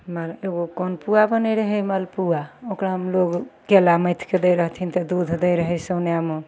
इमहर एगो कोन पुआ बनय रहय मालपुआ ओकरामे लोग केला माथिकऽ दै रहथिन तऽ दूध दै रहय सनयमे